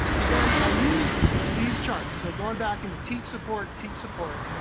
but then i use these charts, so going back into teach, support, teach, support,